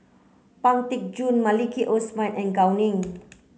Pang Teck Joon Maliki Osman and Gao Ning